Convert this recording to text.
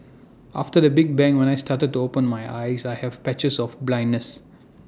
after the big bang when I started to open my eyes I have patches of blindness